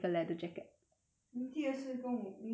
你记得是跟我你确定是跟我去 mah